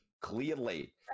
clearly